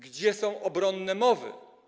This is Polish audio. Gdzie są obronne mowy?